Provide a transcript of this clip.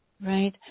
right